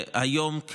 והיום,